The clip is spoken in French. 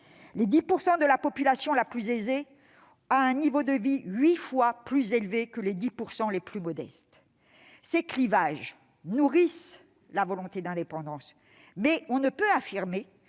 Les 10 % les plus aisés ont un niveau de vie huit fois plus élevé que les 10 % les plus modestes. Ces clivages nourrissent la volonté d'indépendance, mais on ne peut affirmer